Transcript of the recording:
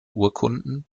urkunden